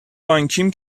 بانکیم